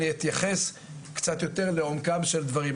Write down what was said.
אתייחס קצת יותר לעומקם של דברים.